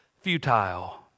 futile